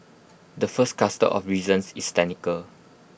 the first cluster of reasons is technical